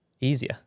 easier